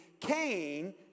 Cain